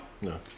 No